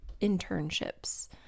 internships